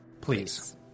Please